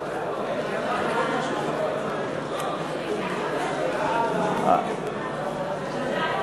סדרי עדיפויות לאומיים (תיקוני חקיקה להשגת יעדי התקציב לשנים 2013